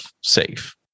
safe